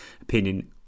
opinion